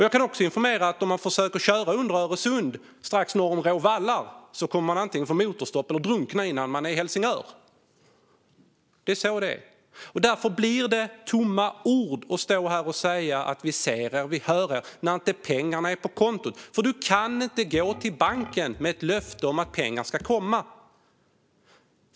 Jag kan också informera om att om man försöker köra under Öresund strax norr om Råå vallar kommer man att antingen få motorstopp eller drunkna innan man är i Helsingör. Det är så det är. Därför blir det tomma ord att stå här och säga att vi ser er och vi hör er, när inte pengarna är på kontot. Du kan inte gå till banken med ett löfte om att pengar ska komma.